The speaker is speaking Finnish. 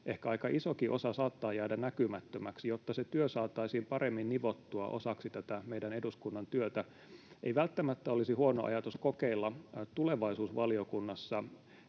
ehkä aika isokin osa saattaa jäädä näkymättömäksi, saataisiin paremmin nivottua osaksi tätä meidän eduskunnan työtä, ei välttämättä olisi huono ajatus kokeilla tulevaisuusvaliokunnassa